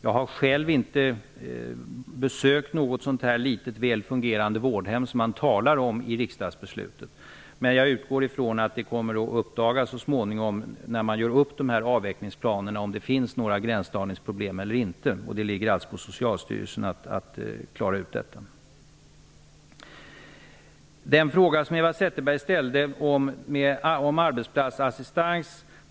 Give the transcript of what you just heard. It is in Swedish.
Jag har själv inte besökt något sådant litet väl fungerande vårdhem som man talar om i riksdagsbeslutet. Men jag utgår i från att det kommer att uppdagas så småningom när man gör upp avvecklingsplanerna om det finns några gränsdragningsproblem eller inte. Det ligger alltså på Socialstyrelsen att klara ut detta. Eva Zetterberg ställde en fråga om arbetsplatsassistans.